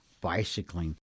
bicycling